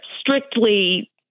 strictly